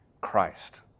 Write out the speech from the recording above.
Christ